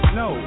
no